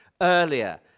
earlier